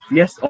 yes